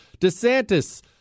DeSantis